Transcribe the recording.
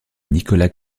nicolas